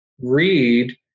read